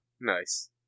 Nice